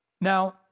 Now